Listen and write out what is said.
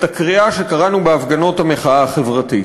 הקריאה שקראנו בהפגנות המחאה החברתית: